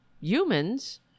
humans